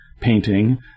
painting